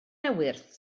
ewythr